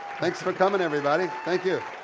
thanks for coming, everybody. thank you.